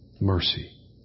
mercy